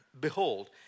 behold